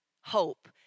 hope